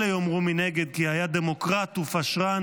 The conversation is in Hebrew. אלה יאמרו מנגד כי היה דמוקרט ופשרן,